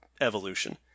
evolution